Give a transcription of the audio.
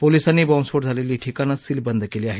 पोलिसांनी बॉम्बस्फोट झालेली ठिकाणं सीलबंद केली आहेत